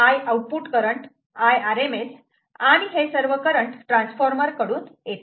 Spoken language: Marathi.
Ioutput करंट Irms आणि हे सर्व करंट ट्रान्सफॉर्मर कडून येते